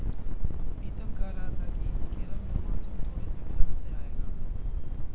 पीतम कह रहा था कि केरल में मॉनसून थोड़े से विलंब से आएगा